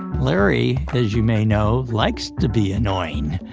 larry, as you may know, likes to be annoying.